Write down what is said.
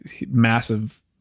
massive